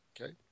okay